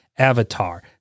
Avatar